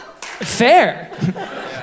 Fair